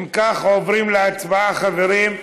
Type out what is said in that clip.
אם כך עוברים להצבעה, חברים.